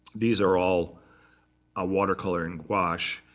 these are all ah watercolor and gouache.